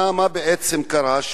מה בעצם קרה?